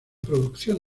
producción